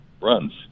runs